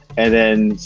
and then, so,